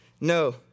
no